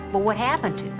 but what happened